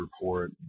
Report